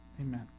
Amen